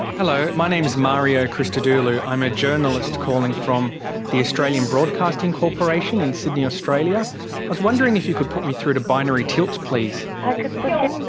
hello, my name is mario christodoulou, i'm a journalist calling from the australian broadcasting corporation in sydney, australia. i was wondering if you could put me through to binary tilt, please. if i could put